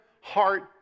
heart